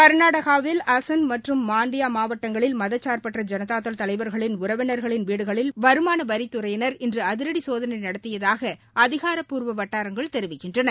கர்நாடகாவில் அசன் மற்றும் மாண்டியா மாவட்டங்களில் மதசாா்பற்ற ஜனதாதள் தலைவர்களின் உறவினர்களின் வீடுகளில் வருமான வரித்துறையினர் இன்று அதிரடி சோதனை நடத்தியதாக அதிகாரப்பூர்வ வட்டாரங்கள் தெரிவித்தன